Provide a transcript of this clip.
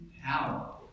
power